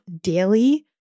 daily